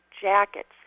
jackets